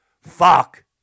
Fuck